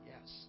yes